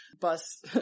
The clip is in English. bus